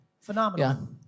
Phenomenal